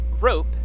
rope